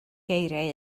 geiriau